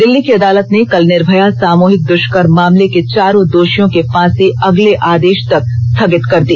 दिल्ली की अदालत ने कल निर्भया सामूहिक दुष्कर्म मामले के चारों दाषियों की फांसी अगले आदेश तक स्थगित कर दी